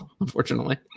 Unfortunately